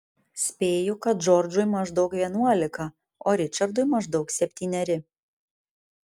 spėju kad džordžui maždaug vienuolika o ričardui maždaug septyneri